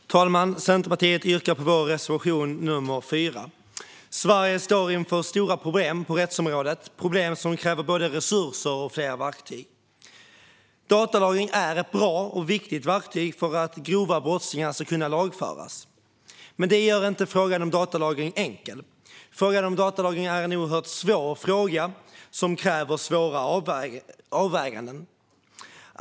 Fru talman! Centerpartiet yrkar bifall till vår reservation nr 4. Sverige står inför stora problem på rättsområdet, problem som kräver både resurser och fler verktyg. Datalagring är ett bra och viktigt verktyg för att grova brottslingar ska kunna lagföras. Men det gör inte frågan enkel. Det är en oerhört svår fråga som kräver svåra avväganden.